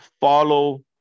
follow